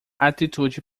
atitude